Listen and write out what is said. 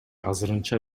азырынча